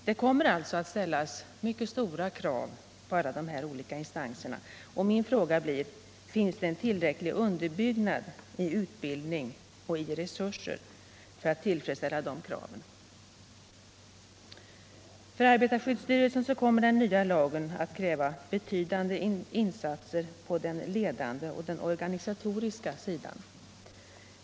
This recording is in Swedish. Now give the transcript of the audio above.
Det kommer alltså att ställas stora krav på alla dessa olika instanser, och min fråga blir: Finns det tillräcklig underbyggnad i utbildning och resurser för att tillfredsställa de kraven? Av arbetarskyddsstyrelsen kommer den nya lagen att kräva betydande insatser på den ledande och organisatoriska sidan.